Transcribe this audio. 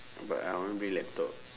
but I want bring laptop